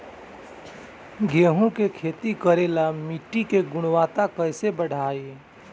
गेहूं के खेती करेला मिट्टी के गुणवत्ता कैसे बढ़ाई?